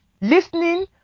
Listening